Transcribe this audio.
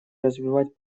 развивать